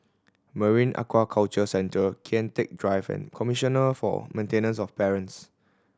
Marine Aquaculture Centre Kian Teck Drive and Commissioner for Maintenance of Parents